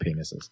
penises